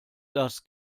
das